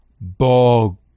Bog